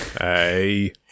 Hey